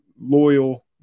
loyal –